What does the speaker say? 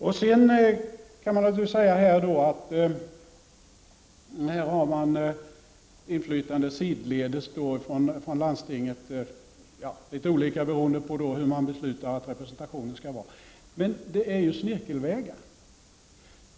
Man kan naturligtvis säga att landstinget har inflytande sidledes på litet olika sätt beroende på hur man bestämmer att representationen skall se ut. Men detta är ju snirkelvägar.